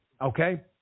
okay